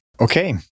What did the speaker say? Okay